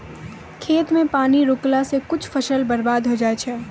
खेत मे पानी रुकला से कुछ फसल बर्बाद होय जाय छै